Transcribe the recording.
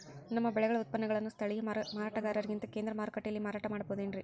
ನಮ್ಮ ಬೆಳೆಗಳ ಉತ್ಪನ್ನಗಳನ್ನ ಸ್ಥಳೇಯ ಮಾರಾಟಗಾರರಿಗಿಂತ ಕೇಂದ್ರ ಮಾರುಕಟ್ಟೆಯಲ್ಲಿ ಮಾರಾಟ ಮಾಡಬಹುದೇನ್ರಿ?